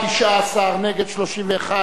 בעד, 19, נגד, 31, אין נמנעים.